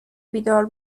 بیدار